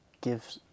give